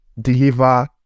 deliver